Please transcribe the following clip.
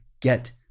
get